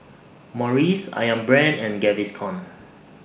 Morries Ayam Brand and Gaviscon